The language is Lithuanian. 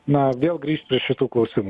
na vėl grįžt prie šitų klausimų